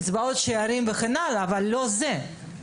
קצבאות שאירים וכן הלאה אבל לא מתוקף חוק נפגעי פעולות איבה.